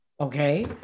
Okay